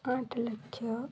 ଆଠ ଲକ୍ଷ